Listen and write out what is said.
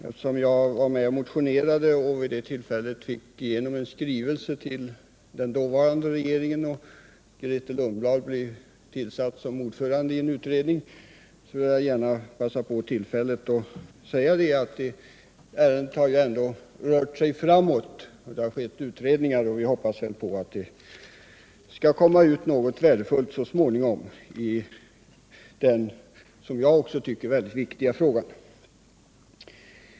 Eftersom jag motionerade och vid tillfället i fråga medverkade till att det sändes en skrivelse till den dåvarande regeringen, som resulterade i att Grethe Lundblad blev ordförande i en utredning, vill jag gärna passa på att säga att ärendet ändå gått framåt. Vi får hoppas att det så småningom skall komma ut någonting värdefullt i denna, enligt min mening, mycket viktiga fråga.